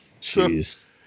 Jeez